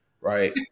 right